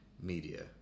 media